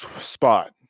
spot